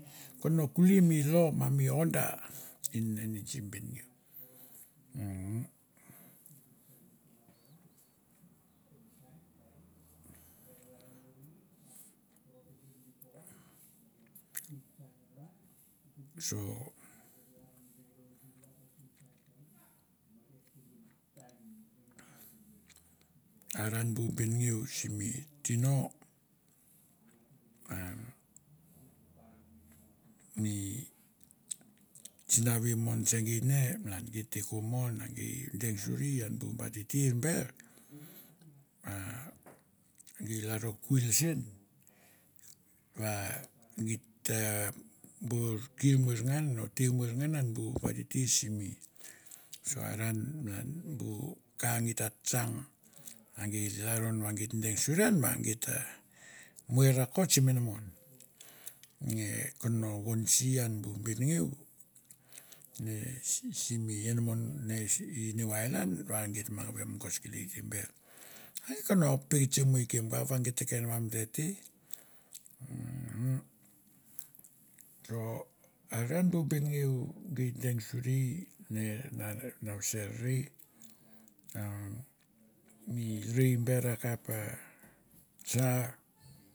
Kono kuli mi lo ma mi oda inen nen simi benngeu umm so are an bu benengeu simi tino a mi sinavi mon se gei ne malan gei te ko mon a gei deng suri ian ba titir ber, a gei lalro kwil sen va git tar bor kir moerngan a ter moer ngan an bu ba titir simi sua ran malan bu ka gi ta tsang a gi lalron va gi ta deng suri an ma gi ta muer rakot sim inamon, nge kono vondisi ian bu benengeu ne simi inamon ne i new ireland va geit mang ve mogos kelei tember. A e kono pektsi mo i kem kava va geit ta ken vamte te umm mi rai ber a kap a sa.